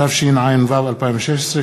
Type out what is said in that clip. התשע"ו 2016,